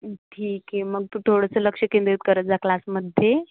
ठीक आहे मग तू थोडंसं लक्ष केंद्रित करत जा क्लासमध्ये